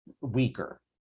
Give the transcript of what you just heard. weaker